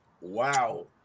Wow